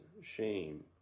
shame